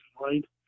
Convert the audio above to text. right